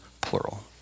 plural